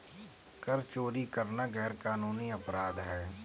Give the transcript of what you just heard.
कर चोरी करना गैरकानूनी अपराध है